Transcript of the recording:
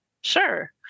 sure